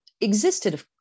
existed